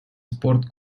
спорт